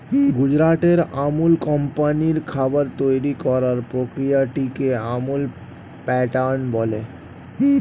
গুজরাটের আমুল কোম্পানির খাবার তৈরি করার প্রক্রিয়াটিকে আমুল প্যাটার্ন বলে